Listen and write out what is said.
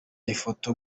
ifoto